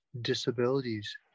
disabilities